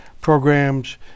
programs